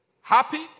happy